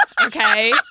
okay